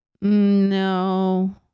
No